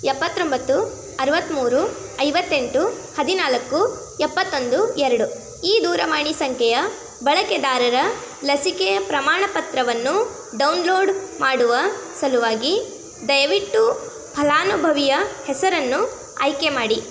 ಎಪ್ಪತ್ತೊಂಬತ್ತು ಅರುವತ್ತಮೂರು ಐವತ್ತೆಂಟು ಹದಿನಾಲ್ಕು ಎಪ್ಪತ್ತೊಂದು ಎರಡು ಈ ದೂರವಾಣಿ ಸಂಖ್ಯೆಯ ಬಳಕೆದಾರರ ಲಸಿಕೆ ಪ್ರಮಾಣ ಪತ್ರವನ್ನು ಡೌನ್ಲೋಡ್ ಮಾಡುವ ಸಲುವಾಗಿ ದಯವಿಟ್ಟು ಫಲಾನುಭವಿಯ ಹೆಸರನ್ನು ಆಯ್ಕೆ ಮಾಡಿ